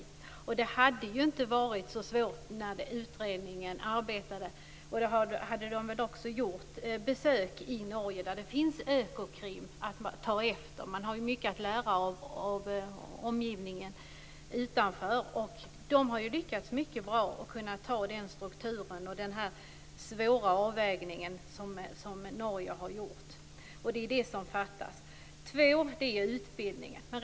Detta hade ju inte varit så svårt när utredningen arbetade. Man gjorde ju besök i Norge, där Økokrim finns att ta efter. Vi har ju mycket att lära av omgivningen utanför. Där har man lyckats mycket bra med strukturen och den här svåra avvägningen. Det är det som fattas här. En annan punkt jag vill ta upp är utbildningen.